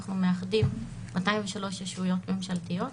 אנחנו מאחדים 203 ישויות ממשלתיות